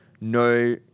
no